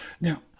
now